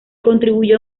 contribuyó